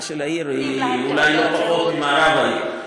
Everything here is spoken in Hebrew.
של העיר הוא אולי לא פחות מבמערב העיר,